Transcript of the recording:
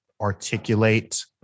articulate